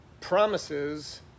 promises